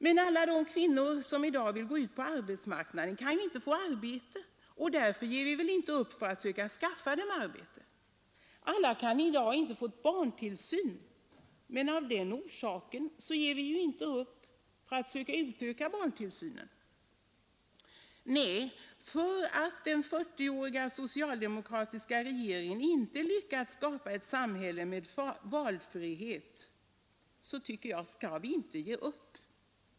Ja, alla de kvinnor som i dag vill gå ut på arbetsmarknaden kan ju inte få arbete, men därför ger vi väl inte upp försöken att skaffa dem arbete. Alla kan i dag inte få barntillsyn, men av den orsaken ger vi ju inte upp strävandena att utöka barntillsynen. Nej, för att den 40-åriga socialdemokratiska regeringen inte lyckats skapa ett samhälle med valfrihet, så skall vi inte ge upp, tycker jag.